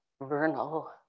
vernal